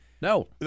No